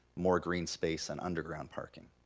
more green space and underground parking?